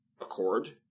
accord